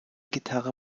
gitarre